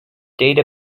data